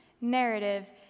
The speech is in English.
narrative